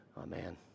amen